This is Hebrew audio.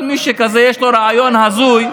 כל מי שיש לו רעיון הזוי,